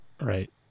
Right